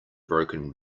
broken